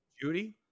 Judy